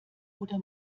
oder